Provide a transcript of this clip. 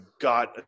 got